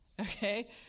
Okay